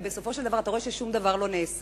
ובסופו של דבר אתה רואה ששום דבר לא נעשה.